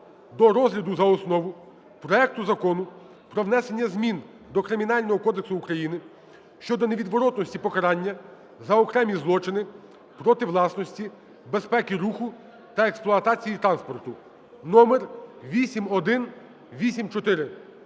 до розгляду за основу проекту Закону про внесення змін до Кримінального кодексу України щодо невідворотності покарання за окремі злочини проти власності, безпеки руху та експлуатації транспорту (№ 8184).